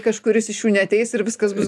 kažkuris iš jų neateis ir viskas bus